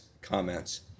Comments